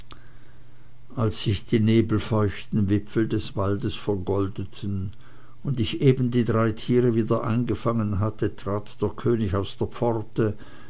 als sich die nebelfeuchten wipfel des waldes vergoldeten und ich eben die drei tiere wieder eingefangen hatte trat der könig aus der pforte